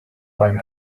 beim